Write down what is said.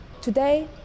Today